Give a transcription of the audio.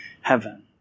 Heaven